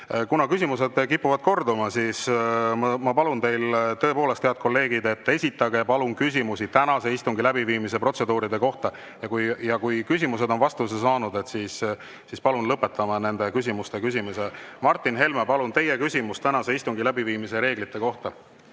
Kuna küsimused kipuvad korduma, siis ma tõepoolest palun teid, head kolleegid, esitage küsimusi tänase istungi läbiviimise protseduuride kohta. Ja kui küsimused on vastuse saanud, siis palun lõpetame nende küsimuste küsimise. Martin Helme, palun, teie küsimus tänase istungi läbiviimise reeglite kohta!